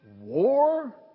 war